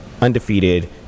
undefeated